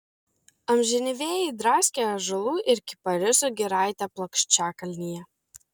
amžini vėjai draskė ąžuolų ir kiparisų giraitę plokščiakalnyje